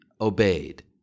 obeyed